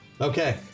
Okay